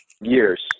years